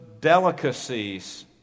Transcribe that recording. delicacies